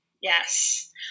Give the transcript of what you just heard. Yes